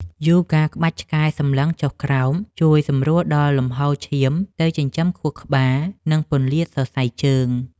យូហ្គាក្បាច់ឆ្កែសម្លឹងចុះក្រោម ជួយសម្រួលដល់លំហូរឈាមទៅចិញ្ចឹមខួរក្បាល និងពន្លាតសរសៃជើង។